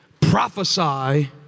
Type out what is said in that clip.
prophesy